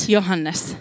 Johannes